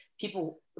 people